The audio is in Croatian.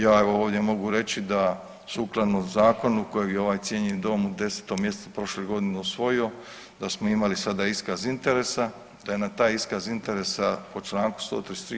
Ja evo ovdje mogu reći da sukladno zakonu kojeg je ovaj cijenjeni Dom u desetom mjesecu prošle godine usvojio, da smo imali sada iskaz interesa, da je na taj iskaz interesa po članku 133.